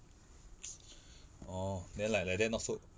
orh then like like that not so